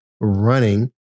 running